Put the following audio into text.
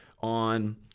on